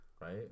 Right